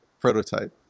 prototype